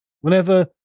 Whenever